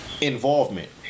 involvement